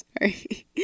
sorry